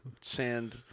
sand